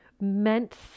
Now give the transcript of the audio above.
meant